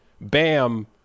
Bam